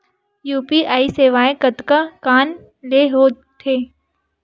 UPI सेवाएं कतका कान ले हो थे?